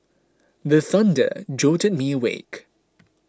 the thunder jolt me awake